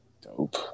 dope